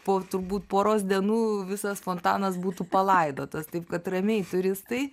po turbūt poros dienų visas fontanas būtų palaidotas taip kad ramiai turistai